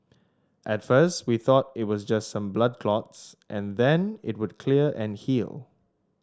at first we thought it was just some blood clots and then it would clear and heal